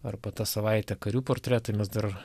arba tą savaitę karių portretai mes dar